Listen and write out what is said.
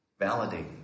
Validating